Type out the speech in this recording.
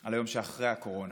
על היום שאחרי הקורונה,